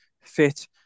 fit